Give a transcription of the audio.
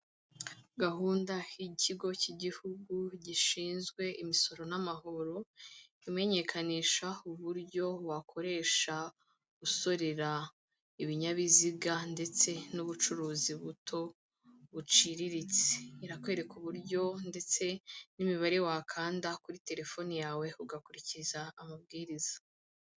Gahunda y'Ikigo cy'Igihugu gishinzwe Imisoro n'Amahoro, imenyekanisha uburyo wakoresha usorera ibinyabiziga ndetse n'ubucuruzi buto buciriritse, irakwereka uburyo ndetse n'imibare wakanda kuri terefoni yawe, ugakurikiza amabwiriza.